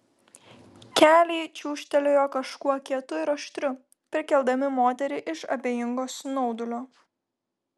keliai čiūžtelėjo kažkuo kietu ir aštriu prikeldami moterį iš abejingo snaudulio